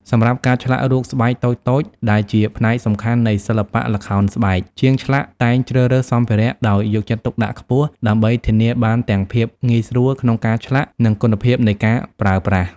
សម្រាប់ការឆ្លាក់រូបស្បែកតូចៗ ដែលជាផ្នែកសំខាន់នៃសិល្បៈល្ខោនស្បែក ជាងឆ្លាក់តែងជ្រើសរើសសម្ភារៈដោយយកចិត្តទុកដាក់ខ្ពស់ ដើម្បីធានាបានទាំងភាពងាយស្រួលក្នុងការឆ្លាក់ និងគុណភាពនៃការប្រើប្រាស់។